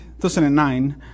2009